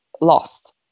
lost